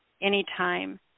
anytime